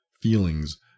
feelings